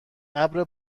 ابر